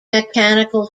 mechanical